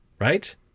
Right